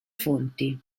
fonti